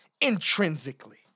intrinsically